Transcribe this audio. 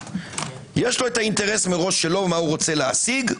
יש לו האינטרס מראש שלו מה רוצה להשיג,